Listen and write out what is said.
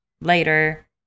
later